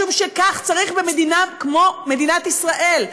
משום שכך צריך במדינה כמו מדינת ישראל,